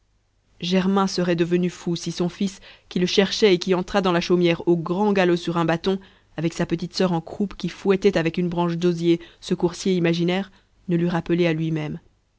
germain serait devenu fou si son fils qui le cherchait et qui entra dans la chaumière au grand galop sur un bâton avec sa petite sur en croupe qui fouettait avec une branche d'osier ce coursier imaginaire ne l'eût rappelé à lui-même